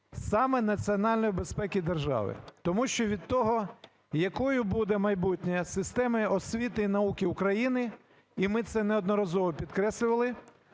саме національної безпеки держави. Тому що від того, якою буде майбутнє системи освіти і науки України, і ми це неодноразово підкреслювали,